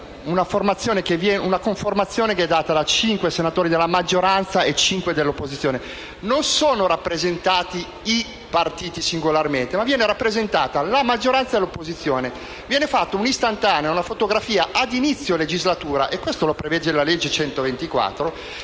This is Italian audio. una conformazione che è data da cinque senatori della maggioranza e cinque dell'opposizione. Non sono rappresentati i partiti singolarmente, ma viene rappresentata la maggioranza e l'opposizione. Viene fatta un'istantanea ad inizio legislatura (in ottemperanza a quanto prevede la legge n.